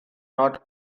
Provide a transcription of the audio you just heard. not